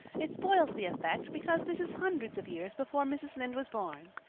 it spoils the effect because this is hundreds of years before mrs. lynde was born.